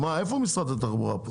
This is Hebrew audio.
מה, איפה משרד התחבורה פה?